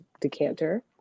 decanter